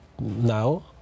now